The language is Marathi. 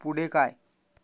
पुढे काय